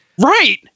Right